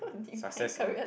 success in